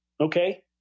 Okay